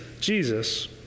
Jesus